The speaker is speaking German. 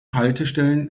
haltestellen